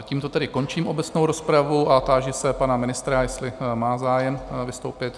Tímto tedy končím obecnou rozpravu a táži se pana ministra, jestli má zájem vystoupit?